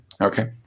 okay